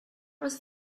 was